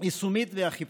יישומית ואכיפתית.